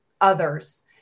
others